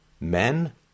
Men